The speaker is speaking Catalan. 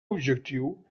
objectiu